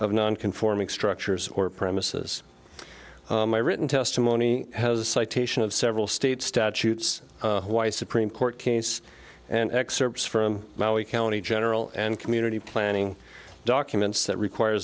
of non conforming structures or premises my written testimony has a citation of several state statutes why supreme court case and excerpts from maui county general and community planning documents that requires